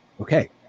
okay